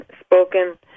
spoken